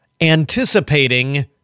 anticipating